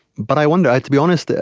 but i wonder. to be honest,